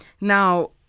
Now